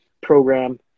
program